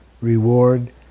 reward